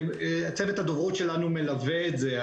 צוות הדוברות שלנו מלווה את זה.